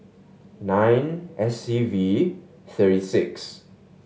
nine S E V three six